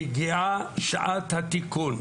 הגיעה שעת התיקון,